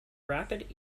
rapid